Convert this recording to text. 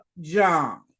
John